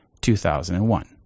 2001